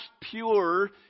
pure